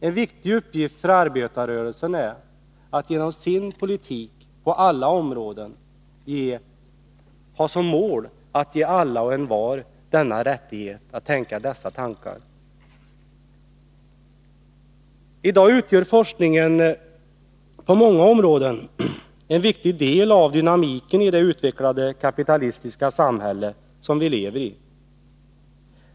En viktig uppgift för arbetarrörelsen är att genom sin politik på alla områden ha som mål att ge alla och envar denna rättighet att tänka dessa tankar. I dag utgör forskningen på många områden en viktig del av dynamiken i det utvecklade kapitalistiska samhälle som vi lever i.